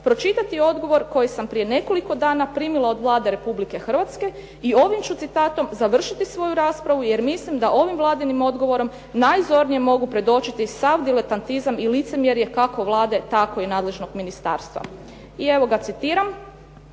pročitati odgovor koji sam prije nekoliko dana primila od Vlade Republike Hrvatske i ovim ću citatom završiti svoju raspravu, jer mislim da ovim Vladinim odgovorom najzornije mogu predočiti sav dilentatizam i licemjerje kako Vlade tako i nadležnog ministarstva. I evo ga, citiram: